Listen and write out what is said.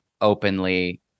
openly